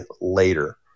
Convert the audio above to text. later